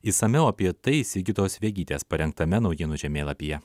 išsamiau apie tai sigitos vegytės paremtame naujienų žemėlapyje